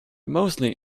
mostly